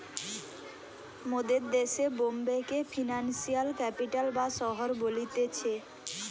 মোদের দেশে বোম্বে কে ফিনান্সিয়াল ক্যাপিটাল বা শহর বলতিছে